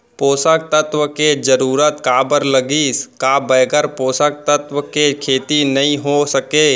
पोसक तत्व के जरूरत काबर लगिस, का बगैर पोसक तत्व के खेती नही हो सके?